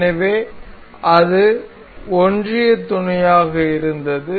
எனவே இது ஒன்றிய துணையாக இருந்தது